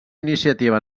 iniciativa